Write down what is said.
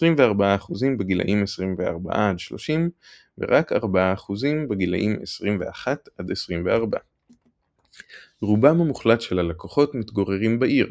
24% בגילאים 24-30 ורק 4% בגילאים 21-24. רובם המוחלט של הלקוחות מתגוררים בעיר